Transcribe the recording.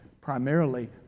primarily